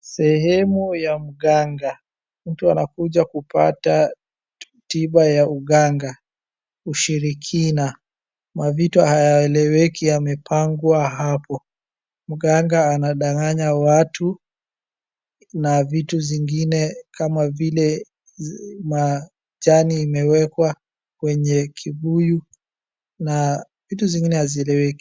Sehemu ya mganga. Mtu anakuja kupata tiba ya uganga, ushirikina, mavitu hayaeleweki yamepangwa hapo. Mganga anadanganya watu na vitu zingine kama vile majani yamewekwa kwenye kibuyu na vitu zingine hazieleweki.